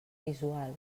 visual